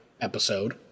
episode